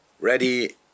ready